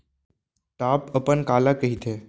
Top अपन काला कहिथे?